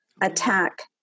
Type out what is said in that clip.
Attack